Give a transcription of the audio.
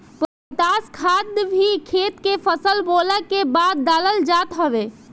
potash खाद भी खेत में फसल बोअला के बाद डालल जात हवे